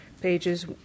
pages